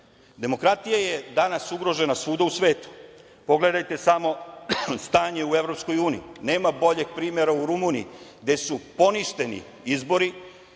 Demokratija je danas ugrožena svuda u svetu. Pogledajte samo stanje u Evropskoj uniji. Nema boljeg primera u Rumuniji, gde su poništeni izbori,